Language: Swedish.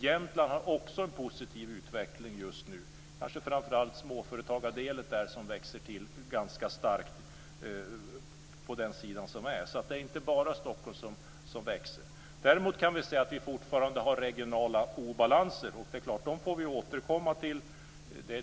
Jämtland har också en positiv utveckling just nu, kanske framför allt småföretagarledet som växer till ganska starkt. Det är inte bara Stockholm som växer. Däremot kan vi fortfarande se att det finns regionala obalanser. Dem får vi återkomma till.